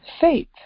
Faith